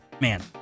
Man